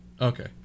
okay